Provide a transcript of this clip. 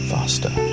Faster